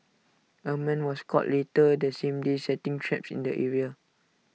A man was caught later the same day setting traps in the area